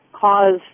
cause